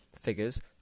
figures